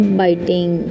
biting